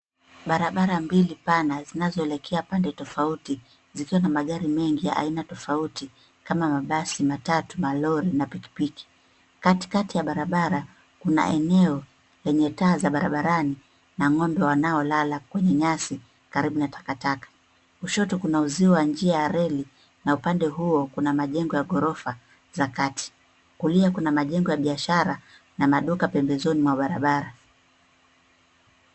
Barabara mbili pana, zinazoelekea pande tofauti, zikiwa na magari mengi aina tofauti, kama mabasi, matatu, malori na pikipiki. Katikati ya barabara kuna eneo lenye taa za barabarani na ng'ombe wanao lala kwenye nyasi karibu na takataka. Kushoto kuna uzio wa njia ya reli na upande huo kuna majengo ya ghorofa za kati. Kulia kuna majengo ya biashara, na maduka pembezoni mwa barabara.